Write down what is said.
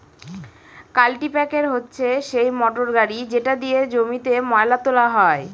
কাল্টিপ্যাকের হচ্ছে সেই মোটর গাড়ি যেটা দিয়ে জমিতে ময়লা তোলা হয়